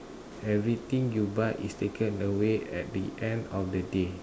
everything you buy is taken away at the end of the day